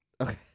Okay